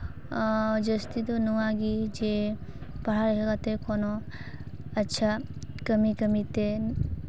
ᱡᱟᱹᱥᱛᱤ ᱫᱚ ᱱᱚᱣᱟᱜᱮ ᱡᱮ ᱯᱟᱲᱦᱟᱣ ᱞᱮᱠᱷᱟ ᱠᱟᱛᱮ ᱠᱳᱱᱳ ᱟᱪᱪᱷᱟ ᱠᱟᱹᱢᱤ ᱠᱟᱹᱢᱤ ᱛᱮ